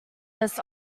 this